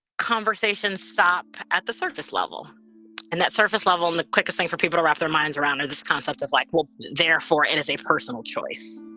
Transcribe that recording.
conversations stop at the surface level and that surface level and the quickest thing for people to wrap their minds around is this concept of like, well. therefore, it and is a personal choice